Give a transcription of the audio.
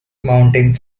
mounting